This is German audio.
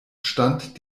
stand